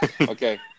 Okay